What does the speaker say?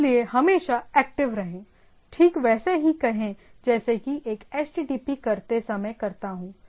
इसलिए हमेशा एक्टिव रहें ठीक वैसे ही कहें जैसे मैं एक एचटीटीपी करते समय करता हूं